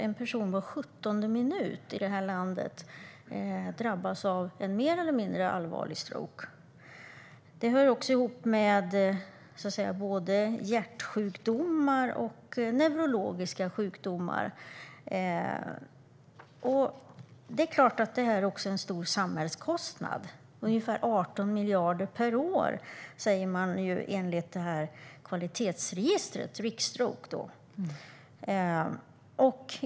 En person var 17:e minut drabbas alltså av en mer eller mindre allvarlig stroke i det här landet. Stroke hör också ihop med hjärtsjukdomar och neurologiska sjukdomar, och det är klart att det också är en stor samhällskostnad - ungefär 18 miljarder per år enligt kvalitetsregistret Riksstroke.